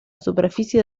superficie